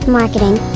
marketing